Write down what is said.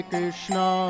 Krishna